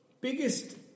biggest